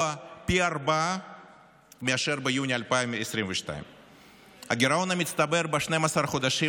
פי ארבעה מאשר ביוני 2022. הגירעון המצטבר ב-12 חודשים